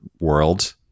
world